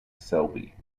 selby